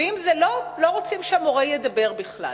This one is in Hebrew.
ואם זה לא, לא רוצים שהמורה ידבר בכלל.